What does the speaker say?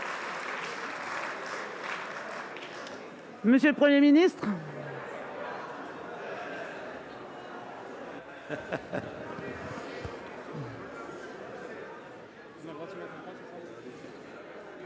Monsieur le Premier ministre,